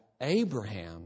Abraham